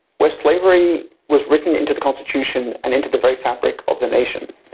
where slavery, was written into the constitution and into the very fabric of the nation.